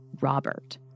Robert